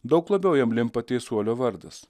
daug labiau jam limpa teisuolio vardas